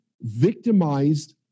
victimized